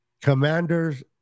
Commanders